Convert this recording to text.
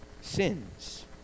sins